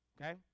okay